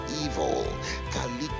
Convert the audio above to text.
evil